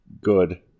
good